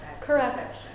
Correct